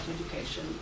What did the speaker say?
education